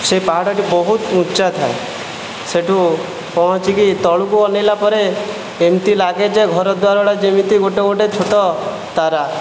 ସେ ପାହାଡ଼ଟି ବହୁତ ଉଚ୍ଚା ଥାଏ ସେଠୁ ପହଞ୍ଚିକି ତଳକୁ ଅନାଇଲା ପରେ ଏମିତି ଲାଗେ ଯେ ଘରଦ୍ଵାରଗୁଡ଼ିକ ଯେମିତି ଗୋଟିଏ ଗୋଟିଏ ଛୋଟ ତାରା